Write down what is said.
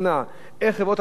איך חברות הביטוח רואות את זה,